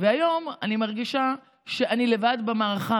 והיום אני מרגישה שאני לבד במערכה,